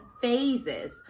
phases